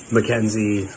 Mackenzie